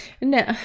No